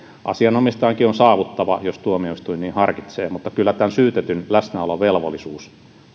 asianomistajankin on saavuttava jos tuomioistuin niin harkitsee mutta kyllä syytetyn läsnäolovelvollisuus